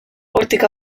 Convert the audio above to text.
hortik